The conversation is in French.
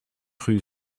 rue